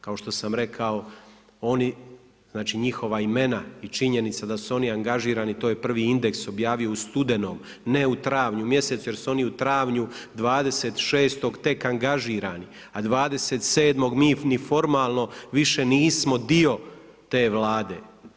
Kao što sam rekao, oni, znači njihova imena i činjenice da su oni angažirani, to je prvi Indeks objavio u studenom, ne u travnju mjesecu, jer su oni u travnju 26. tek angažirani, a 27. mi formalno više nismo dio te Vlade.